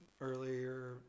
earlier